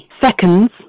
seconds